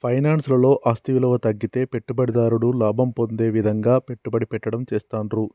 finance లలో ఆస్తి విలువ తగ్గితే పెట్టుబడిదారుడు లాభం పొందే విధంగా పెట్టుబడి పెట్టడం చేస్తాండ్రు